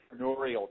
entrepreneurial